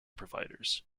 providers